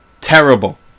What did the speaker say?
terrible